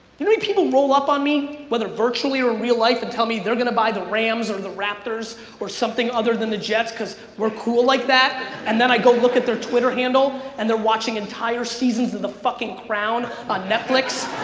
you know people roll up on me whether virtually or in real life and tell me they're gonna buy the rams or the raptors or something other than the jets cause we're cool like that and then i go look at their twitter handle and they're watching entire seasons of the fucking crown on netflix?